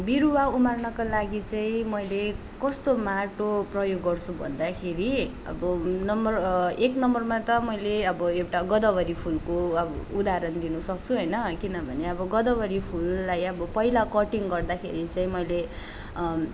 बिरूवा उमार्नका लागि चाहिँ मैले कस्तो माटो प्रयोग गर्छु भन्दाखेरि अब नम्बर एक नम्बरमा त मैले अब एउटा गोदावरी फुलको उदाहरण दिनु सक्छु होइन किनभने अब गोदावरी फुललाई अब पहिला कटिङ गर्दाखेरि चाहिँ मैले